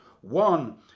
one